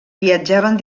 viatjaven